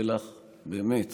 שתהיה לך באמת